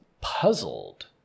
puzzled